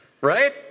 Right